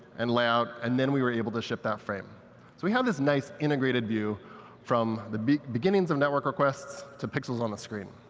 and layout. and then we were able to ship that frame. so we had this nice integrated view from the beginnings of network requests to pixels on the screen.